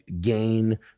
gain